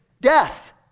death